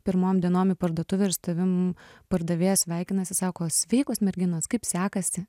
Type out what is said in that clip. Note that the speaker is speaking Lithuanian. pirmom dienom į parduotuvę ir su tavim pardavėja sveikinasi sako sveikos merginos kaip sekasi